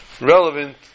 relevant